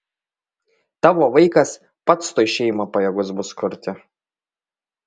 tavo vaikas pats tuoj šeimą pajėgus bus kurti